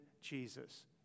Jesus